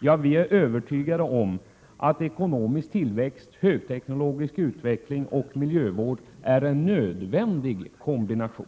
ja vi är övertygade om att ekonomisk tillväxt, högteknologisk utveckling och miljövård är en nödvändig kombination.